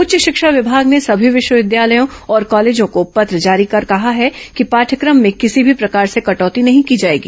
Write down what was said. उच्च शिक्षा विभाग ने सभी विश्वविद्यालयों और कॉलेजों को पत्र जारी कर कहा है कि पाठयक्रम में किसी भी प्रकार से कटौती नहीं की जाएगी